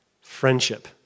Friendship